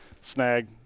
snag